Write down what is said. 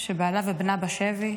-- של בעלה ובנה בשבי,